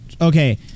Okay